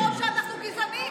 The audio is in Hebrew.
לחשוב שאנחנו גזענים,